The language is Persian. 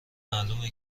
معلومه